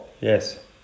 Yes